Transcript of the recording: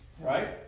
Right